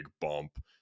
bump